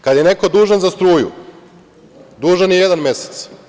Kada je neko dužan za struju, dužan je jedan mesec.